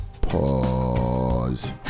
pause